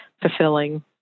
fulfilling